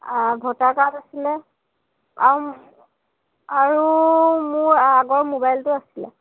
voter card আছিলে আৰু মোৰ আৰু মোৰ আগৰ ম'বাইলটো আছিলে